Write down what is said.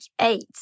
eight